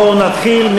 בואו נתחיל.